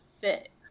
fit